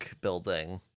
building